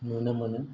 नुनो मोनो